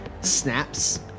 snaps